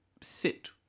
sit